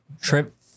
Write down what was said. trip